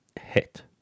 hit